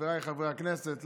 חבריי חברי הכנסת,